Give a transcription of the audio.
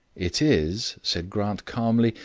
it is, said grant calmly,